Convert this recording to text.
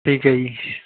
ਠੀਕ ਹੈ ਜੀ